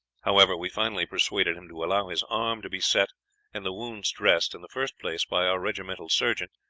however, we finally persuaded him to allow his arm to be set and the wounds dressed in the first place by our regimental surgeon,